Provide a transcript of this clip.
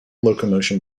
locomotion